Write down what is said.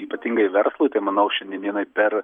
ypatingai verslui tai manau šiandien dienai per